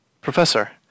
professor